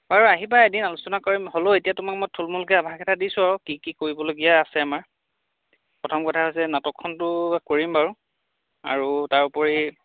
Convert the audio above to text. বাৰু আহিবা এদিন আলোচনা কৰিম হ'লও এতিয়া তোমাক মই থূলমূলকৈ আভাস এটা দিছোঁ আৰু কি কি কৰিবলগীয়া আছে আমাৰ প্ৰথম কথা হৈছে নাটকখনটো কৰিম বাৰু আৰু তাৰোপৰি